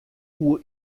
koe